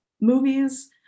movies